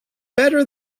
better